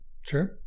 Sure